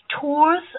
tours